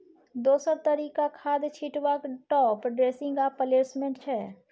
दोसर तरीका खाद छीटबाक टाँप ड्रेसिंग आ प्लेसमेंट छै